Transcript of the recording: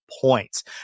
points